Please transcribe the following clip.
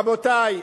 רבותי,